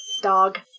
dog